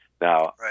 Now